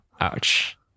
Ouch